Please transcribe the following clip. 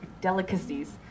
delicacies